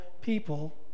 people